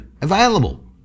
available